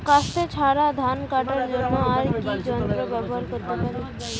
কাস্তে ছাড়া ধান কাটার জন্য আর কি যন্ত্র ব্যবহার করতে পারি?